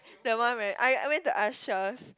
the one right I I went to ushers